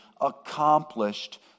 accomplished